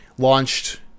launched